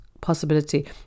possibility